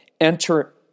enter